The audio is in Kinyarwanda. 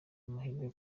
amahirwe